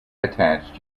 attached